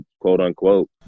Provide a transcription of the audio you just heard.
quote-unquote